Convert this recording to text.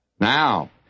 Now